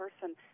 person